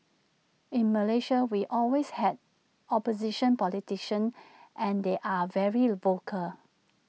in Malaysia we have always had opposition politicians and they are very vocal